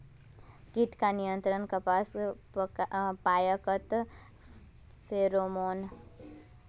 कीट का नियंत्रण कपास पयाकत फेरोमोन?